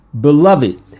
Beloved